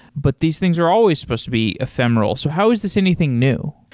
but these things are always supposed to be ephemeral. so how is this anything new?